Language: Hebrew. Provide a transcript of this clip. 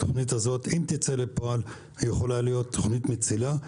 אם התוכנית הזאת תצא לפועל היא יכולה להיות תוכנית מצילה,